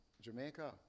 Jamaica